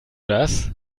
das